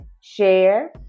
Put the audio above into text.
share